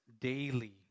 daily